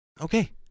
Okay